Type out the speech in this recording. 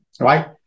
right